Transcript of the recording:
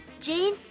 Jane